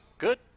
Good